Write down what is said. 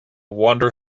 wander